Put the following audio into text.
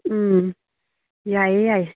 ꯎꯝ ꯌꯥꯏꯌꯦ ꯌꯥꯏꯌꯦ